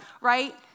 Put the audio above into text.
right